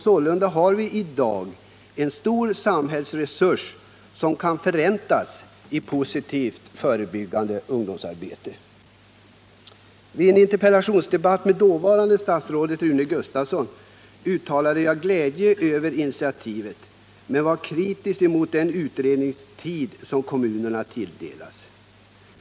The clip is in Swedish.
Sålunda har vi i dag en stor samhällsresurs som kan förräntas i för denna typ av verksamhet positivt förebyggande ungdomsarbete. Vid en interpellationsdebatt med dåvarande statsrådet Rune Gustavsson uttalade jag glädje över initiativet att upprätta en upprustningsplan, men jag var kritisk mot den utredningstid som kommunerna tilldelats.